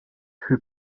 who